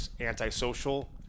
antisocial